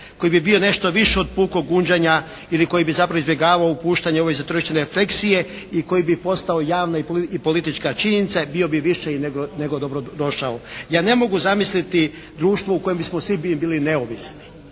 koji bi bio nešto više od pukog gunđanja ili koji bi zapravo izbjegavao opuštanje ove … refleksije i koji bi postao javna i politička činjenica, bio bi više nego dobro došao. Ja ne mogu zamisliti društvo u kojem bismo svi bili neovisni